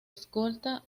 escolta